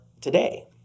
today